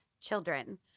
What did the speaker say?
children